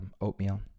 oatmeal